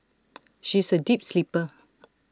she is A deep sleeper